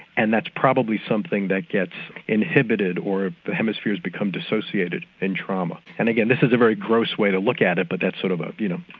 and that's probably something that gets inhibited or the hemispheres become dissociated in trauma. and again this is a very gross way to look at it but that's sort of, ah you know,